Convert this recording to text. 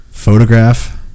Photograph